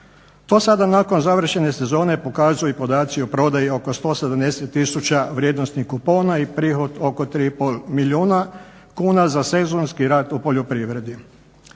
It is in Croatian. To sada nakon završene sezone pokazuju i podaci o prodaji oko 170 tisuća vrijednosnih kupona i prihod oko 3,5 milijuna kuna za sezonski rad u poljoprivredi.